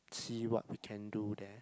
see what we can do there